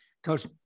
Coach